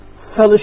Fellowship